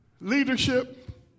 Leadership